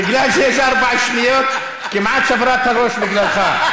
בגלל שיש ארבע שניות כמעט שברה את הראש בגללך.